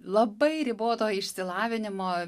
labai riboto išsilavinimo